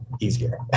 easier